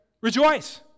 rejoice